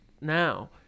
now